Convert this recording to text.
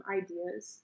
ideas